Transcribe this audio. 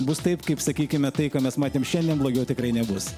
bus taip kaip sakykime tai ką mes matėm šiandien blogiau tikrai nebus